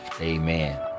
Amen